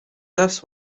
this